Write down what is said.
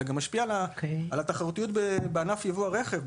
זה משפיע על התחרותיות בענף יבוא הרכב,